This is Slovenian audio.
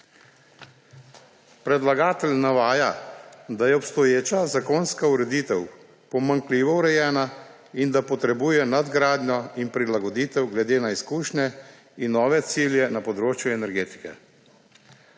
Predlagatelj navaja, da je obstoječa zakonska ureditev pomanjkljivo urejena in da potrebuje nadgradnjo in prilagoditev glede na izkušnje in nove cilje na področju energetike.